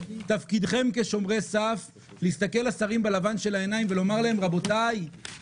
תפקידכם כשומרי סף להסתכל לשרים בלבן של העיניים ולומר להם: רבותיי,